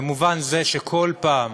במובן זה שכל פעם